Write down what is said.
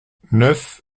neuf